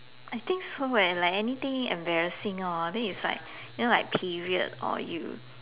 I think so leh like anything embarrassing lor I mean it's like you know like period or you